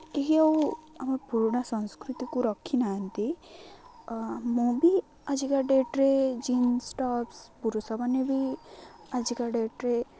କେହି ଆଉ ଆମ ପୁରୁଣା ସଂସ୍କୃତିକୁ ରଖିନାହାନ୍ତି ମୁଁ ବି ଆଜିକା ଡେଟ୍ରେ ଜିନ୍ସ ଟପ୍ସ ପୁରୁଷମାନେ ବି ଆଜିକା ଡେଟ୍ରେ